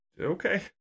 okay